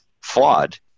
flawed